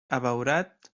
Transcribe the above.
abeurat